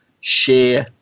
share